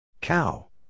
Cow